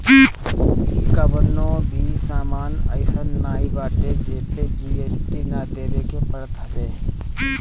कवनो भी सामान अइसन नाइ बाटे जेपे जी.एस.टी ना देवे के पड़त हवे